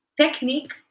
technique